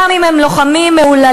גם אם הם לוחמים מהוללים,